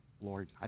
lord